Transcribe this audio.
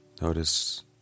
notice